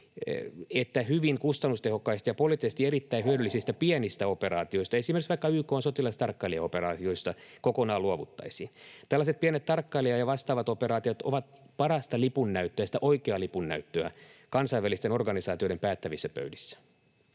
että hyvin kustannustehokkaista ja poliittisesti erittäin hyödyllisistä pienistä operaatioista, esimerkiksi vaikka YK:n sotilastarkkailijaoperaatioista, kokonaan luovuttaisiin. Tällaiset pienet tarkkailija- ja vastaavat operaatiot ovat parasta lipun näyttöä, sitä oikeaa lipun näyttöä kansainvälisten organisaatioiden päättävissä pöydissä.